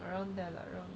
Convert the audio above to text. around there lah around there